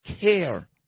care